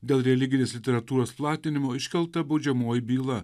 dėl religinės literatūros platinimo iškelta baudžiamoji byla